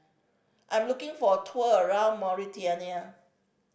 I'm looking for a tour around Mauritania